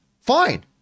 Fine